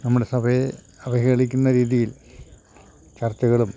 നമ്മുടെ സഭയെ അവഹേളിക്കുന്ന രീതിയിൽ ചർച്ചകളും